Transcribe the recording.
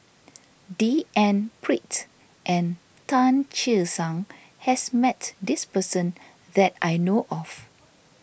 D N Pritt and Tan Che Sang has met this person that I know of